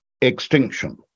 Extinction